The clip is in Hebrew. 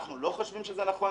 אנחנו לא חושבים שזה נכון